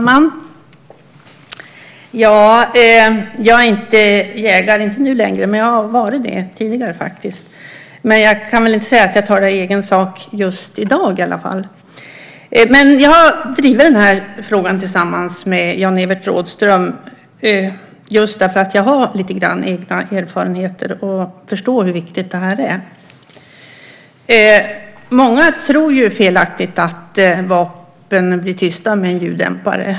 Fru talman! Jag är inte jägare längre, men jag har varit det tidigare. Men jag kan inte säga att jag talar i egen sak just i dag. Jag har drivit den här frågan tillsammans med Jan-Evert Rådhström därför att jag har erfarenheter och förstår hur viktigt det är. Många tror felaktigt att vapen blir tysta med ljuddämpare.